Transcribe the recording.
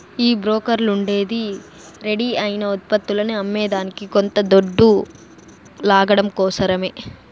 ఈ బోకర్లుండేదే రెడీ అయిన ఉత్పత్తులని అమ్మేదానికి కొంత దొడ్డు లాగడం కోసరమే